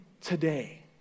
today